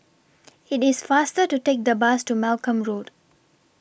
It's faster to Take The Bus to Malcolm Road